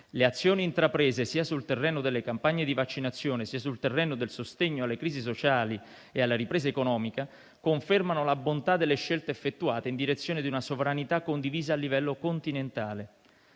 Le azioni intraprese, sia sul terreno delle campagne di vaccinazione sia sul terreno del sostegno alle crisi sociali e alla ripresa economica, confermano la bontà delle scelte effettuate in direzione di una sovranità condivisa a livello continentale